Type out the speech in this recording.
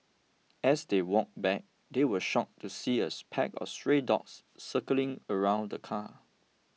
as they walked back they were shocked to see as pack of stray dogs circling around the car